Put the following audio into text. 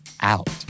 out